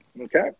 Okay